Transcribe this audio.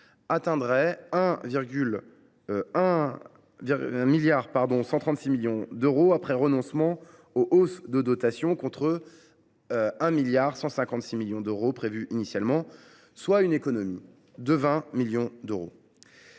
atteindrait 1,136 milliard d’euros après renoncement aux hausses de dotation, contre 1,156 million d’euros prévus initialement, soit une économie de 20 millions d’euros.